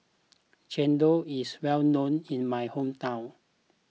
Chendol is well known in my hometown